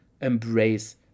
embrace